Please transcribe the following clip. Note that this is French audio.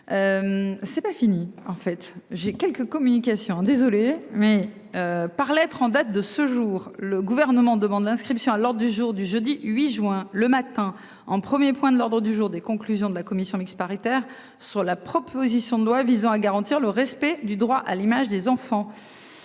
C'est pas fini en fait. J'ai quelques communications désolé. Oui. Par lettre en date de ce jour, le gouvernement demande l'inscription à l'Ordre du jour du jeudi 8 juin le matin en 1er Point de l'ordre du jour des conclusions de la commission mixte paritaire sur la proposition de loi visant à garantir le respect du droit à l'image des enfants.